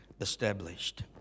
established